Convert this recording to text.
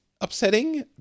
upsetting